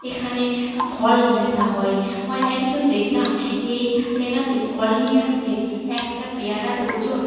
এখানে ফল নিয়ে আসা হয় অয় একজন দেখলাম এই মেলাতে ফল নিয়ে আসছে একটা পেয়ারার ওজন